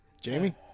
Jamie